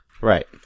Right